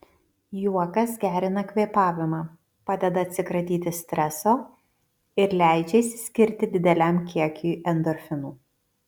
juokas gerina kvėpavimą padeda atsikratyti streso ir leidžia išsiskirti dideliam kiekiui endorfinų